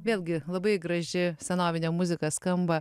vėlgi labai graži senovinė muzika skamba